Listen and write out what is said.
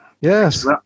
yes